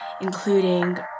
including